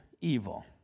evil